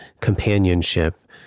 companionship